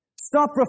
Stop